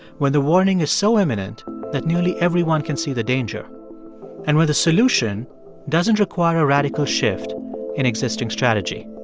where the warning is so imminent that nearly everyone can see the danger and where the solution doesn't require a radical shift in existing strategy.